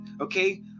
okay